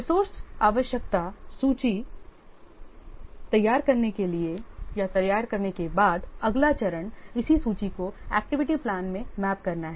resource आवश्यकता सूची तैयार करने के बाद अगला चरण इस सूची को एक्टिविटी प्लान में मैप करना है